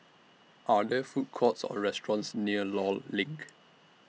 Are There Food Courts Or restaurants near law LINK